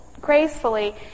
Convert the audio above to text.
gracefully